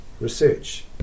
research